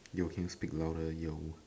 yo can you speak louder yo